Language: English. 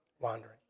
Wandering